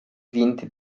vinte